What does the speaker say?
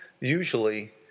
usually